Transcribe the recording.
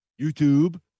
YouTube